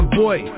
boy